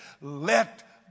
Let